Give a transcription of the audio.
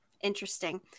Interesting